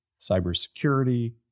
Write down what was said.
cybersecurity